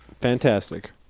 fantastic